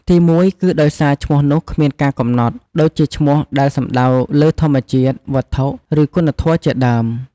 ទីមួយគឺដោយសារឈ្មោះនោះគ្មានការកំណត់ ដូចជាឈ្មោះដែលសំដៅលើធម្មជាតិ វត្ថុ ឬ គុណធម៌ជាដើម។